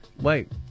wait